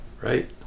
Right